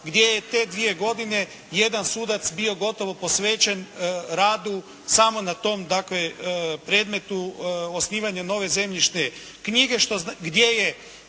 gdje je te dvije godine jedan sudac bio gotovo posvećen radu samo na tom dakle predmetu osnivanje nove zemljišne knjige, gdje je